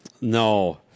No